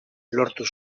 lortu